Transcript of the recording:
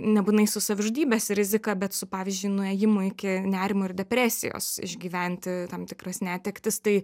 nebūtinai su savižudybės rizika bet su pavyzdžiui nuėjimu iki nerimo ir depresijos išgyventi tam tikras netektis tai